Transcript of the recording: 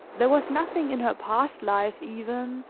there was nothing in her past life, even,